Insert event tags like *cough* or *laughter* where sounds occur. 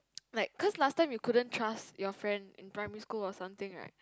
*noise* like cause last time you couldn't trust your friend in primary school or something right